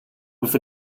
with